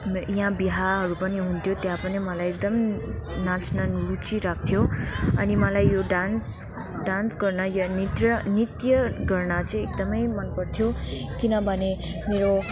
यहाँ बिहाहरू पनि हुन्थ्यो त्यहाँ पनि मलाई एकदम नाच्न रुचि राख्थ्यो अनि मलाई यो डान्स डान्स गर्न या नृत्य नृत्य गर्न चाहिँ एकदमै मनपर्थ्यो किनभने मेरो